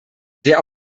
der